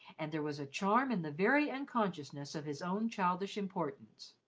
and there was a charm in the very unconsciousness of his own childish importance.